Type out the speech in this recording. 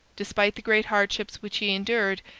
despite the great hardships which he endured,